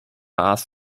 ask